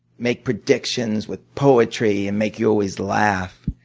make predictions with poetry and make you always laugh.